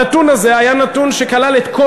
הנתון הזה היה נתון שכלל את כל